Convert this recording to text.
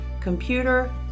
computer